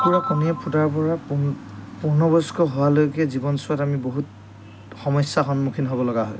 কুকুৰা কণীয়ে ফুটাৰ পৰা পূৰ্ণবয়স্ক হোৱালৈকে জীৱন চোৱাত আমি বহুত সমস্যাৰ সন্মুখীন হ'ব লগা হয়